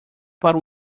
para